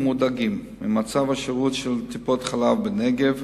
ומודאגים ממצב השירות של טיפות-החלב בנגב,